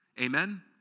Amen